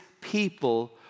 people